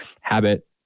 habit